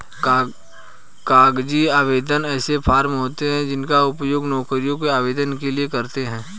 कागजी आवेदन ऐसे फॉर्म होते हैं जिनका उपयोग नौकरियों के आवेदन के लिए करते हैं